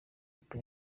papa